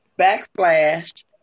backslash